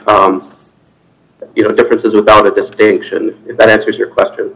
to you know differences without a distinction that answers your question